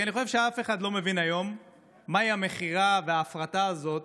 כי אני חושב שאף אחד לא מבין היום מה היא המכירה וההפרטה הזאת